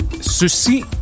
ceci